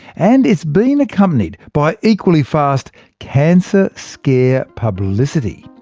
and it's been accompanied by equally fast cancer scare publicity.